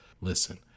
Listen